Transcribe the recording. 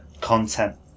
content